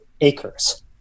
acres